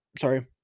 sorry